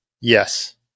Yes